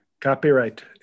copyright